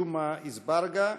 ג'מעה אזברגה,